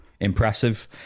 impressive